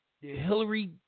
Hillary